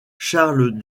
charles